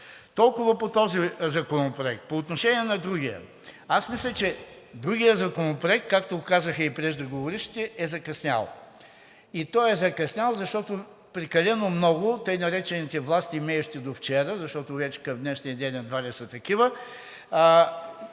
Толкова по този законопроект. По отношение на другия. Аз мисля, че другият законопроект, както казаха и преждеговорившите, е закъснял. И той е закъснял, защото прекалено много тъй наречените властимеющи довчера, защото вече към днешния ден едва ли са такива,